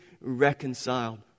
reconciled